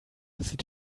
sieht